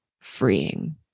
freeing